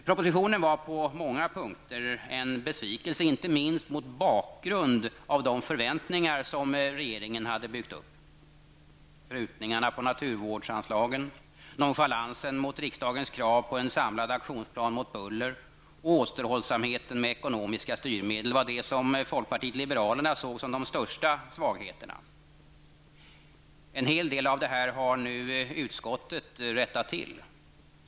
Propositionen var på många punkter en besvikelse, inte minst mot bakgrund av de förväntningar som regeringen hade byggt upp. Prutningarna på naturvårdsanslagen, nonchalansen mot riksdagens krav på en samlad aktionsplan mot buller och återhållsamheten med ekonomiska styrmedel var det som folkpartiet liberalerna såg som de största svagheterna. En hel del av detta har nu utskottert rättat till.